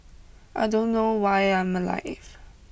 I don't know why I'm alive